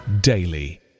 daily